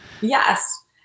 Yes